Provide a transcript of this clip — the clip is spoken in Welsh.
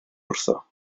wrtho